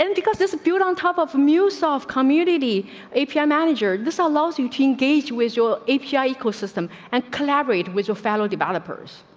and because this feud on top of him yusof community a pr manager, this allows you to engage with your ap yeah ecosystem and collaborate with your fellow developers.